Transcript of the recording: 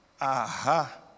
Aha